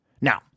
Now